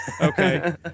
Okay